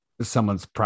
someone's